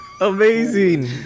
Amazing